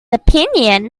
opinion